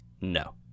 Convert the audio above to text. No